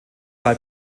bei